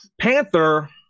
Panther